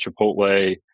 Chipotle